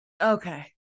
okay